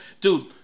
Dude